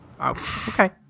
Okay